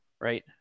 Right